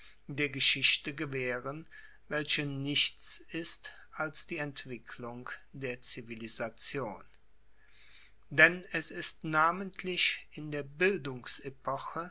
der geschichte gewaehren welche nichts ist als die entwicklung der zivilisation denn es ist namentlich in der